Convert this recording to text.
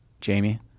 Jamie